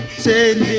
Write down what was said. said